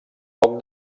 poc